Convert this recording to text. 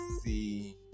see